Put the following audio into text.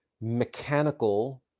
mechanical